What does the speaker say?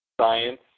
Science